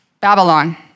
Babylon